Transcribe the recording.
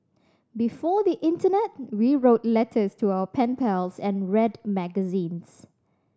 before the internet we wrote letters to our pen pals and read magazines